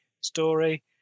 story